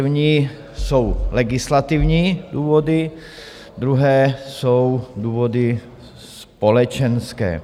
První jsou legislativní důvody, druhé jsou důvody společenské.